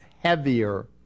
heavier